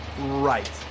Right